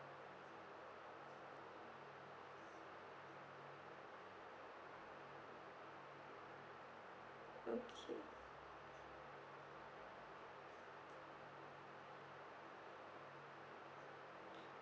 okay